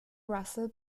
russell